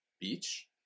Beach